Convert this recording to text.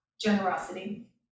generosity